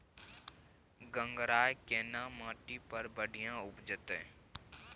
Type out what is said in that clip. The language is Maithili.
गंगराय केना माटी पर बढ़िया उपजते?